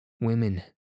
Women